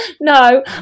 no